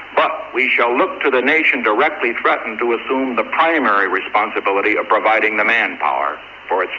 but we shall look to the nation directly threatened to assume the primary responsibility of providing the manpower for its